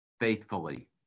faithfully